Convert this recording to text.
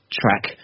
track